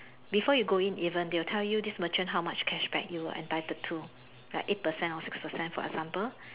before you go in even they'll tell you this merchant how much cashback you are entitled to like eight percent or six percent for example